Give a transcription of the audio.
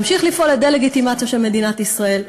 להמשיך לפעול לדה-לגיטימציה של מדינת ישראל.